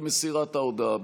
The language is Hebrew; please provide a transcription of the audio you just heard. התש"ף 2020,